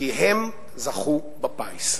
כי הם זכו בפיס.